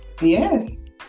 Yes